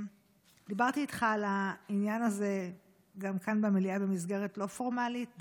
דיברתי איתך על העניין הזה גם כאן במליאה במסגרת לא פורמלית.